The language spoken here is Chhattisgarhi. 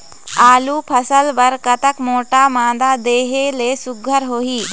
आलू फसल बर कतक मोटा मादा देहे ले सुघ्घर होही?